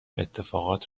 اتفاقات